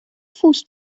fuß